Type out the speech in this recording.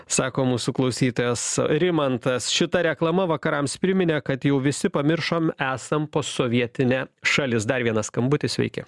sako mūsų klausytojas rimantas šita reklama vakarams priminė kad jau visi pamiršom esam posovietinė šalis dar vienas skambutis sveiki